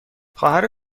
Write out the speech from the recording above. خواهر